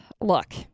Look